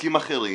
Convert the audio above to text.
עוסקים אחרים,